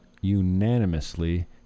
unanimously